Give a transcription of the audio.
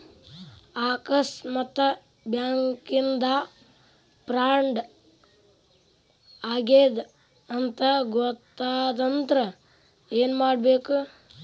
ಆಕಸ್ಮಾತ್ ಬ್ಯಾಂಕಿಂದಾ ಫ್ರಾಡ್ ಆಗೇದ್ ಅಂತ್ ಗೊತಾತಂದ್ರ ಏನ್ಮಾಡ್ಬೇಕು?